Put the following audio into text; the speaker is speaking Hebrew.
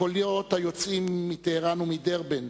הקולות היוצאים מטהרן ומדרבן,